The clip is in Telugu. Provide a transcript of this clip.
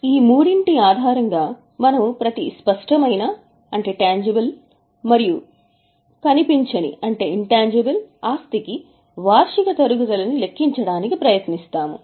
ఈ మూడింటి ఆధారంగా మనము ప్రతి స్పష్టమైన మరియు కనిపించని ఆస్తికి వార్షిక తరుగుదలని లెక్కించడానికి ప్రయత్నిస్తాము